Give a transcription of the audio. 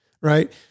right